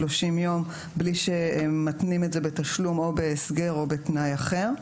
30 יום בלי שמתנים את זה בתשלום או בהסגר או בתנאי אחר,